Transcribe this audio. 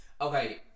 Okay